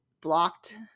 blocked